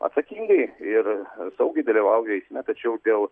atsakingai ir saugiai dalyvauja eisme tačiau dėl